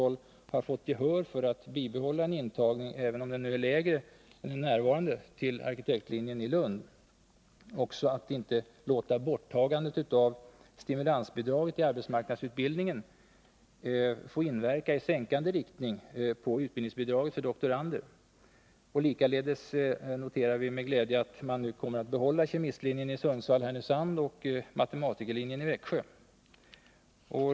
håll fått gehör för att bibehålla en intagning till arkitektlinjen i Lund, även om den blir lägre än f. n., och även att man inte låter borttagandet av stimulansbidraget i arbetsmarknadsutbildningen få inverka i sänkande riktning på utbildningsbidraget för doktorander. Likaledes noterar jag med glädje att man kommer att behålla kemistlinjen i Sundsvall-Härnösand och matematikerlinjen i Växjö.